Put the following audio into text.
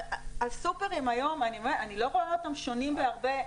הסופרים היום, אני לא רואה אותם שונים בהרבה.